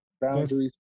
Boundaries